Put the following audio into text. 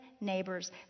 neighbors